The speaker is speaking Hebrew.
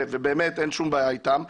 ובאמת אין שום בעיה אתם.